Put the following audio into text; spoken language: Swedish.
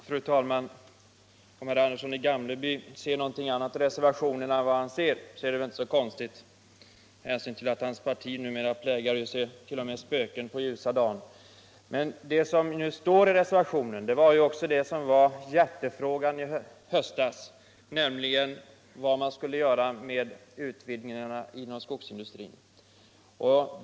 Fru talman! Om herr Andersson i Gamleby ser någonting annat i reservationen 1 än vad som står där, så är det inte så konstigt med hänsyn till att hans parti numera plägar se spöken på ljusan dag. Det som står i reservationen gäller det som var kärnfrågan i höstas, nämligen vad som skulle ske med utvidgningarna inom skogsindustrin.